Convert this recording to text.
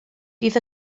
bydd